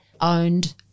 owned